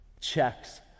checks